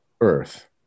earth